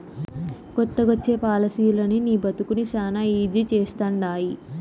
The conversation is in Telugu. కొత్తగొచ్చే పాలసీలనీ నీ బతుకుని శానా ఈజీ చేస్తండాయి